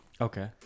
okay